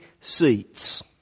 seats